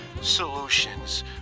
Solutions